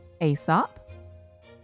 Aesop